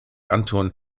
anton